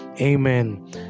Amen